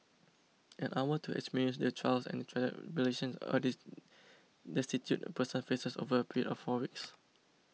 an hour to experience the trials and tribulations a destitute person faces over a period of four weeks